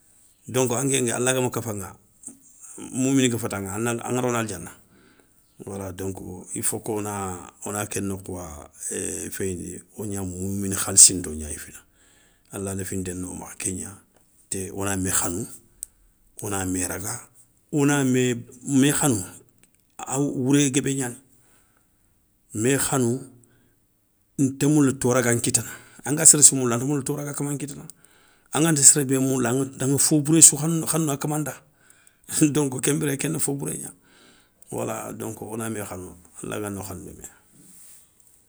Donk anké ké alagama keufaŋa, moumini ga fétaŋa aŋa rono aldiana, wala donko ilfok wona wona ké nokhouwa féyindi, wo gna moumini khalsinto gnay fina, al léfinté gno makha ké gna, té wona mé khanou, wona mé raga, wona mé mé khanou, a wour wouré guébé gnani. Mé khanou, nta moula tora gan kitana anga séré sou moula anta moula tora ga kama nkitana. Anganta séré bé moula aŋa fo bouré sou khanounou akama nda, donk kénbiré kéni fo bouré gna. Wala donk wona mé khanou ala gano khanoundi mé.